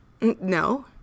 No